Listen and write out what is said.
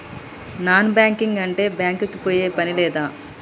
Non banking అంటే bank కి పోయే పని లేదా?